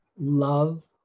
love